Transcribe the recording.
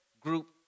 group